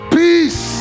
peace